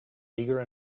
eager